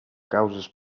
causes